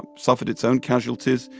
suffered its own casualties.